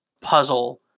puzzle